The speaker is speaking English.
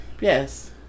Yes